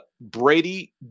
Brady